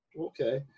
Okay